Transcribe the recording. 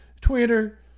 Twitter